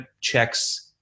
checks